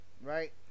Right